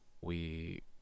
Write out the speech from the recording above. we-